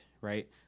Right